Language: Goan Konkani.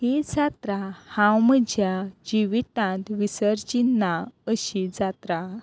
ही जात्रा हांव म्हज्या जिवितांत विसरची ना अशी जात्रा